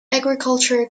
agriculture